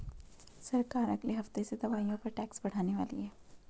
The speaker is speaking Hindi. सरकार अगले हफ्ते से दवाइयों पर टैक्स बढ़ाने वाली है